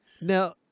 Now